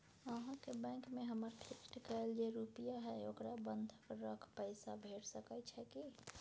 अहाँके बैंक में हमर फिक्स कैल जे रुपिया हय ओकरा बंधक रख पैसा भेट सकै छै कि?